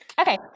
Okay